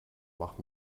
mach